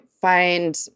find